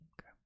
Okay